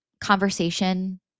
conversation